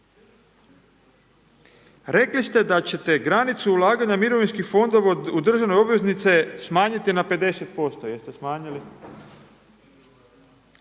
Rekli da ćete granicu ulaganja mirovinskih fondova u državne obveznice smanjiti na 50%. Jeste smanjili?